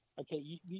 Okay